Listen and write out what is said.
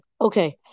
Okay